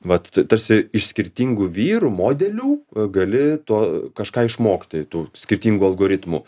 vat tarsi iš skirtingų vyrų modelių gali tu kažką išmokti tų skirtingų algoritmų